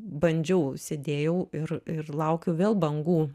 bandžiau sėdėjau ir ir laukiau vėl bangų